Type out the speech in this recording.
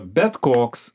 bet koks